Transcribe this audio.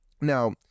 Now